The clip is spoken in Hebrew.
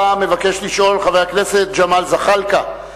שאותה מבקש לשאול חבר הכנסת ג'מאל זחאלקה,